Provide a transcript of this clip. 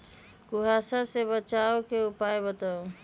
कुहासा से बचाव के उपाय बताऊ?